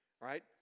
right